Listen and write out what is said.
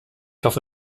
hoffe